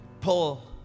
Paul